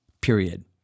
period